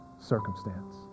circumstance